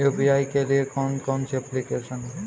UPI के लिए कौन कौन सी एप्लिकेशन हैं?